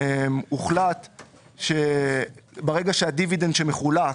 הוחלט שכאשר הדיבידנד שמחולק,